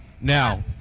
Now